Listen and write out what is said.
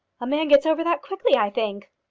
a man gets over that quickly, i think.